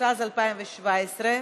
התשע"ז 2017,